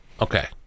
Okay